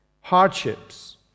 hardships